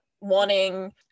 wanting